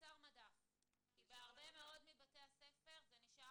מוצר מדף כי בהרבה מאוד מבתי הספר זה נשאר